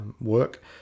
work